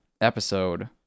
episode